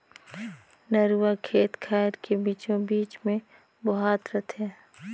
नरूवा खेत खायर के बीचों बीच मे बोहात रथे